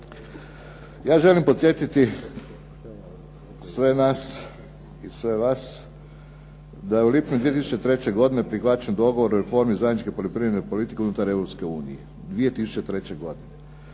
Ja želim podsjetiti sve nas i sve vas da je u lipnju 2003. godine prihvaćen zajednički dogovor o reformi poljoprivredne politike unutar Europske unije,